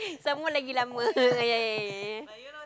some more lagi lama ah ya ya ya ya